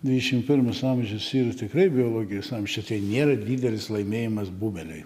dvidešim pirmas amžius yra tikrai biologijos amž čia tai nėra didelis laimėjimas bumeliui